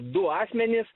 du asmenys